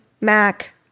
Mac